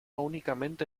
únicamente